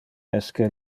esque